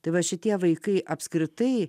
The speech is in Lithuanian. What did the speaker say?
tai va šitie vaikai apskritai